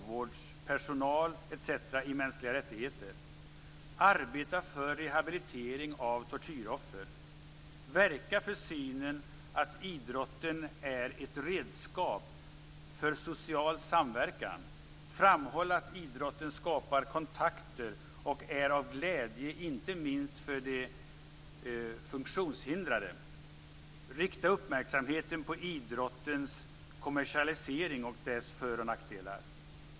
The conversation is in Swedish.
"Verka för synen att idrotten är ett redskap för social samverkan. Framhåll att idrotten skapar kontakter och är av glädje inte minst för de funktionshindrade". "Rikta uppmärksamheten på idrottens kommersialisering och dess för och nackdelar".